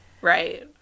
right